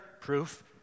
proof